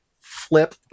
flip